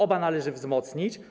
Oba należy wzmocnić.